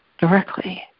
directly